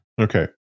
Okay